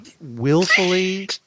willfully